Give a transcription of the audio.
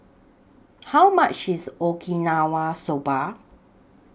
How much IS Okinawa Soba